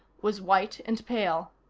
was white and pale.